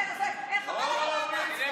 חבל על המאמץ.